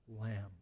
lamb